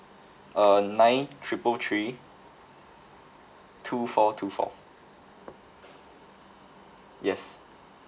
uh nine triple three two four two four yes